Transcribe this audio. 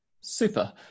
Super